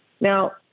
Now